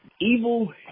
evil